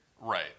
Right